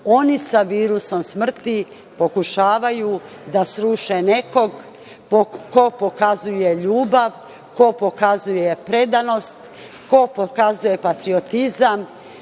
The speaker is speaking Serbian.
oni sa virusom smrti pokušavaju da sruše nekog ko pokazuje ljubav, ko pokazuje predanost, ko pokazuje patriotizam,